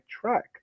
track